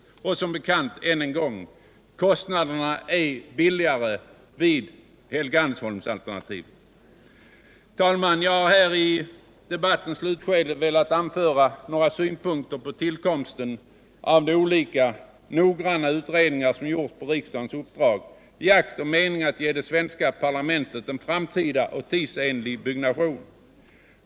Ännu en gång vill jag alltså säga att kostnaderna blir lägre med det senare alternativet. Herr talman! Jag har här i debattens slutskede velat anföra några synpunkter på tillkomsten av de olika noggranna utredningar som gjorts på riksdagens uppdrag i akt och mening att ge svenska parlamentet en framtida och tidsenlig byggnation.